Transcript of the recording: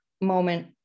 moment